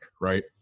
right